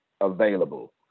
available